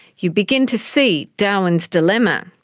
you begin to see darwin's dilemma.